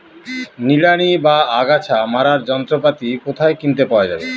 নিড়ানি বা আগাছা মারার যন্ত্রপাতি কোথায় কিনতে পাওয়া যাবে?